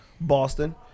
Boston